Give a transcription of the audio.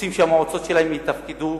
רוצים שהמועצות שלהם יתפקדו,